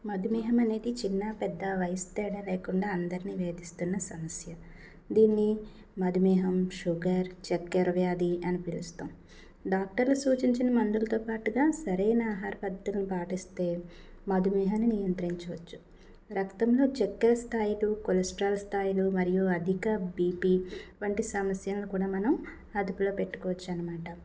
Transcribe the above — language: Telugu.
మధుమేహం అనేది చిన్న పెద్ద వయసు తేడా లేకుండా అందరినీ వేధిస్తున్న సమస్య దీన్ని మధుమేహం షుగర్ చక్కెర వ్యాధి అని పిలుస్తాం డాక్టర్లు సూచించిన మందులతో పాటుగా సరైన ఆహార పద్ధతులను పాటిస్తే మధుమేహాన్ని నియంత్రించవచ్చు రక్తంలో చక్కెర స్థాయి కొలెస్ట్రాల్ స్థాయిలో మరియు అధిక బీపీ వంటి సమస్యలను కూడా మనం అదుపులో పెట్టుకోవచ్చు అనమాట